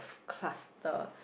cluster